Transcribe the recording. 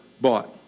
bought